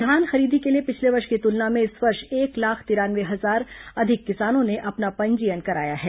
धान खरीदी के लिए पिछले वर्ष की तुलना में इस वर्ष एक लाख तिरानवे हजार अधिक किसानों ने अपना पंजीयन कराया है